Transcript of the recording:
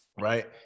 Right